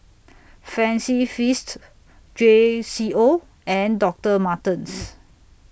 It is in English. Fancy Feast J Co and Doctor Martens